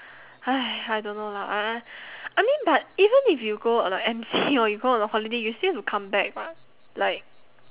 !hais! I don't know lah I uh I mean but even if you go on a M_C or you go on a holiday you still have to come back [what] like